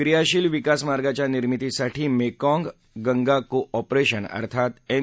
क्रियाशील विकासमार्गाच्या निर्मितीसाठी मेकाँग गंगा को ऑपरेशन अर्थात एम